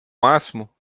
máximo